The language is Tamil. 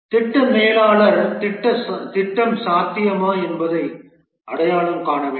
திட்ட மேலாளர் திட்டம் சாத்தியமா என்பதை அடையாளம் காண வேண்டும்